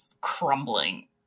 crumbling